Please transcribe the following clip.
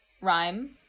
Rhyme